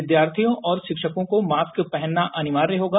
विद्यार्थियों और शिक्षकों को मास्क पहनना अनिवार्य होगा